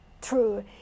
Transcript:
true